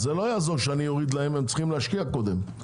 זה לא יעזור שאוריד להם - הם צריכים להשקיע קודם.